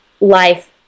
life